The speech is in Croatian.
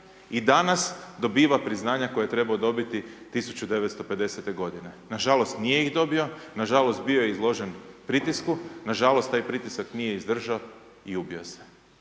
i danas dobiva priznanja koje je trebao dobiti 1950.-te godine. Na žalost, nije ih dobio, na žalost, bio je izložen pritisku, na žalost, taj pritisak nije izdržao i ubio se.